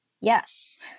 yes